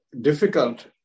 difficult